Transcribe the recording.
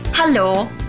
Hello